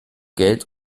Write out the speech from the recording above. geld